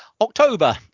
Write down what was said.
October